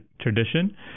tradition